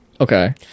Okay